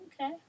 Okay